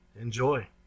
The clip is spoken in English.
Enjoy